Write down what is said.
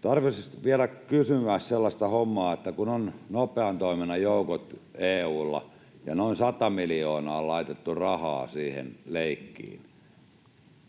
Tarkoitus oli vielä kysyä sellaista hommaa, että kun EU:lla on nopean toiminnan joukot ja noin 100 miljoonaa on laitettu rahaa siihen leikkiin, niin